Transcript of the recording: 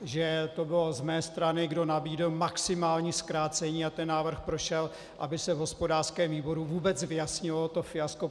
Že to bylo z mé strany, kdo nabídl maximální zkrácení, a ten návrh prošel, aby se v hospodářském výboru vůbec vyjasnilo to fiasko.